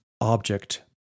object